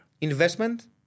investment